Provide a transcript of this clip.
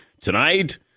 tonight